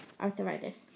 arthritis